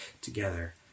together